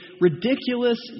ridiculous